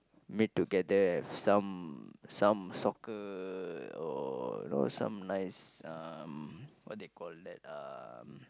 meet together have some some soccer or you know some nice um what they call that um